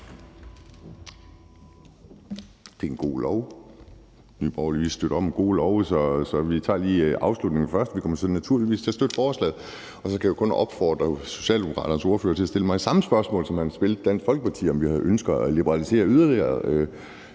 Det er en god lov. Nye Borgerlige støtter op om gode love, så vi tager lige afslutningen først: Vi kommer naturligvis til at støtte forslaget. Og så kan jeg jo kun opfordre Socialdemokraternes ordfører til at stille mig samme spørgsmål, som han stillede Dansk Folkeparti, nemlig om vi har ønsker om at liberalisere yderligere.